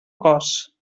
cos